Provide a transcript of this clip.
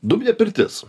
dūminė pirtis